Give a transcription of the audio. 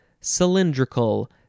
cylindrical